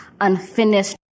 unfinished